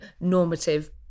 normative